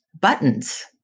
buttons